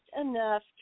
enough